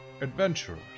Adventurers